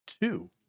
two